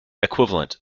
equivalent